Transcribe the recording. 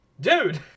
dude